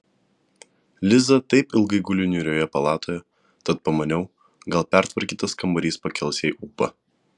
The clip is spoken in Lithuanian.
liza taip ilgai guli niūrioje palatoje tad pamaniau gal pertvarkytas kambarys pakels jai ūpą